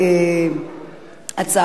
של חבר הכנסת ציון פיניאן.